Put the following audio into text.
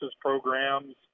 programs